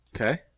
Okay